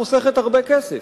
חוסכת הרבה כסף.